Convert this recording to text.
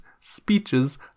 speeches